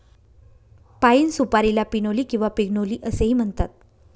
पाइन सुपारीला पिनोली किंवा पिग्नोली असेही म्हणतात